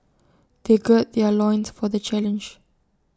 they gird their loins for the challenge